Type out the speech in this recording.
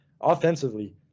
offensively